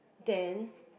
then